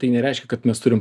tai nereiškia kad mes turim